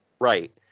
Right